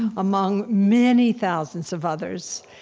among many thousands of others,